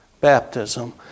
Baptism